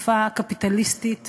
לשפה קפיטליסטית